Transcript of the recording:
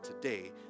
today